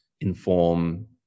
inform